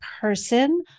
person